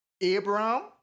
Abraham